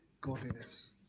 godliness